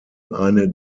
eine